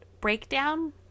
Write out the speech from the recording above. breakdown